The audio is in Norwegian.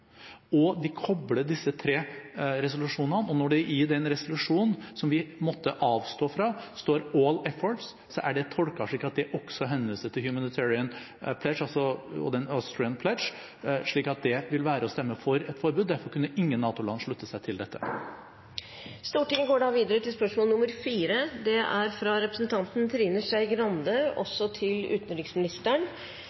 og de kobler disse tre resolusjonene. Og når det i den resolusjonen som vi måtte avstå fra, står «all efforts», er det tolket slik at det også henvender seg til Humanitarian Pledge og Austrian Pledge, slik at det vil være å stemme for et forbud. Derfor kunne ingen NATO-land slutte seg til dette. Dette spørsmålet, fra representanten Trine Skei Grande til utenriksministeren, vil på grunn av sykdomsforfall bli tatt opp av representanten